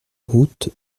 route